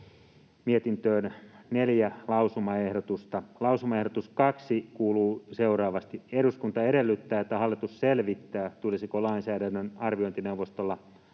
mietintöön neljä lausumaehdotusta. Lausumaehdotus kaksi kuuluu seuraavasti: Eduskunta edellyttää, että hallitus selvittää, tulisiko lainsäädännön arviointineuvostolla olla